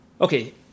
Okay